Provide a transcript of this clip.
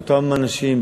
באותם אנשים,